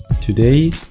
Today